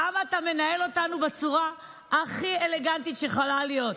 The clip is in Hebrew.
כמה אתה מנהל אותנו בצורה הכי אלגנטית שיכולה להיות.